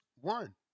one